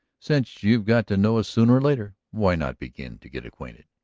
since you've got to know us sooner or later why not begin to get acquainted?